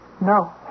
No